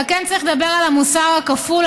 אבל כן צריך לדבר על המוסר הכפול.